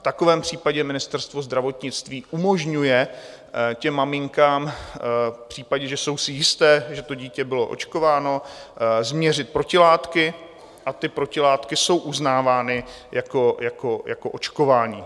V takovém případě Ministerstvo zdravotnictví umožňuje těm maminkám v případě, že jsou si jisté, že to dítě bylo očkováno, změřit protilátky a ty protilátky jsou uznávány jako očkování.